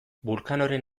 vulcanoren